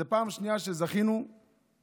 זאת פעם שנייה שזכינו לעשות,